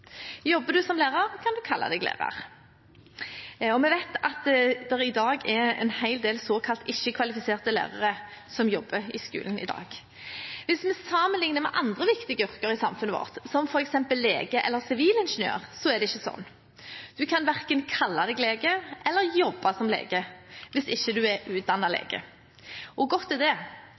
Jobber man som lærer, kan man kalle seg lærer. Og vi vet at det er en hel del såkalt ikke-kvalifiserte lærere som jobber i skolen i dag. Hvis vi sammenligner med andre viktige yrker i samfunnet vårt, som f.eks. lege eller sivilingeniør, er det ikke sånn. Man kan verken kalle seg lege eller jobbe som lege hvis man ikke er utdannet lege. Og godt er det,